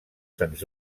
sens